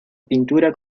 pintura